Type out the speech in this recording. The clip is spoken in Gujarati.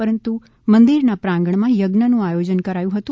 પરંતુ મંદિરના પ્રાંગણમાં થજ્ઞનું આયોજન કરાયુ હતુ